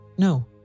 No